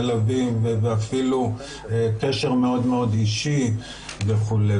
מלווים ואפילו קשר מאוד מאוד אישי וכולי'.